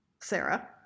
Sarah